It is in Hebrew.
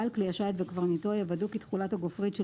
בעל כלי השיט וקברניטו יוודאו כי תכולת הגופרית של